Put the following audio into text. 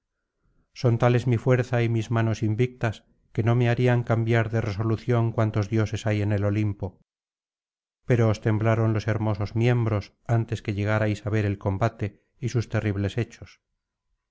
son tales mi fuerza y mis manos invictas que no me harían cambiar de resolución cuantos dioses hay en el olimpo pero os temblaron los hermosos miembros antes que llegarais á ver el combate y sus terribles hechos